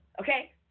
Okay